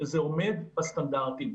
וזה עומד בסטנדרטים.